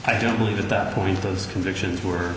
i don't believe at that point those convictions were